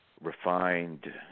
refined